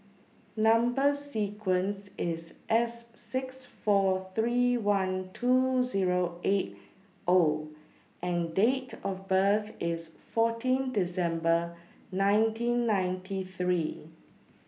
Number sequence IS S six four three one two Zero eight O and Date of birth IS fourteen December nineteen ninety three